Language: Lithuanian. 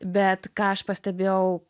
bet ką aš pastebėjau